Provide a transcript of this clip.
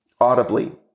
audibly